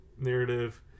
narrative